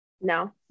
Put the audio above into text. No